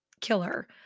killer